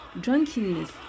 drunkenness